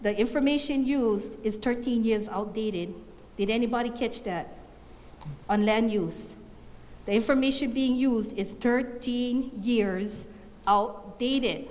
the information used is thirty years outdated did anybody catch that and then use the information being used is thirty years outdated